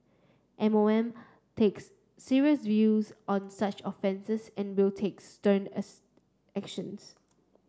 M O M takes serious views on such offences and will takes stern as actions